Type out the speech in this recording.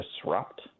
disrupt